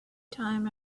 time